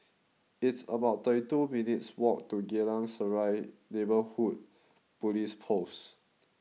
it's about thirty two minutes' walk to Geylang Serai Neighbourhood Police Post